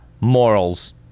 morals